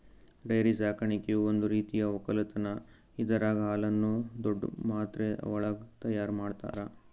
dairy ಸಾಕಾಣಿಕೆಯು ಒಂದ್ ರೀತಿಯ ಒಕ್ಕಲತನ್ ಇದರಾಗ್ ಹಾಲುನ್ನು ದೊಡ್ಡ್ ಮಾತ್ರೆವಳಗ್ ತೈಯಾರ್ ಮಾಡ್ತರ